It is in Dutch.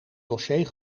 dossier